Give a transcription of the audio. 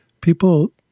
people